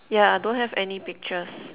yeah don't have any pictures